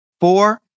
Four